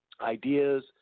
ideas